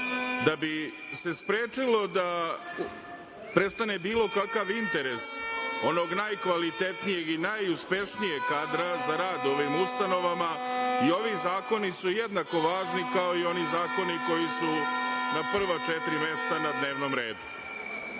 Da bi se sprečilo da prestane bilo kakav interes onog najkvalitetnijeg i najuspešnijeg kadra za rad u ovim ustanovama i ovi zakoni su jednako važni, kao i oni zakoni koji su na prva četiri mesta na dnevnom redu. Ovo